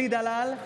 אלי דלל,